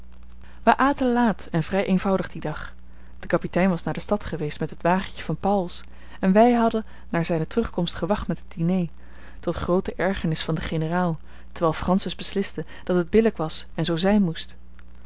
wij aten laat en vrij eenvoudig dien dag de kapitein was naar de stad geweest met het wagentje van pauwels en wij hadden naar zijne terugkomst gewacht met het diner tot groote ergernis van den generaal terwijl francis besliste dat het billijk was en zoo zijn moest